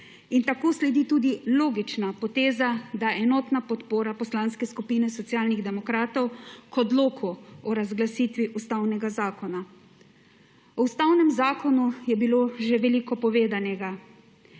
in tako sledi tudi logična poteza, da enotna podpora Poslanske skupine Socialnih demokratov k odloku o razglasitvi Ustavnega zakona. O Ustavnem zakonu je bilo že veliko povedanega,